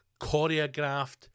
choreographed